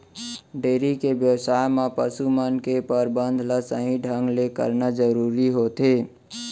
dairy के बेवसाय म पसु मन के परबंध ल सही ढंग ले करना जरूरी होथे